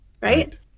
Right